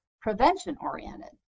prevention-oriented